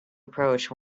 approach